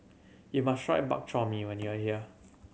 you must try Bak Chor Mee when you are here